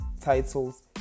titles